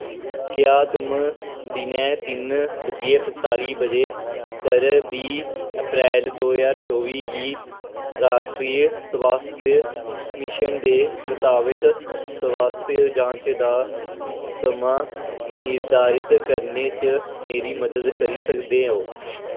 क्या तुम दिनै तिन्न बज्जियै पंजताली बजे पर बीह् अप्रैल दो ज्हार चौबी गी राश्ट्री स्वास्थ मिशन दे मताबक स्वास्थ जांच दा समां निर्धारत करने च मेरी मदद करी सकदे ओ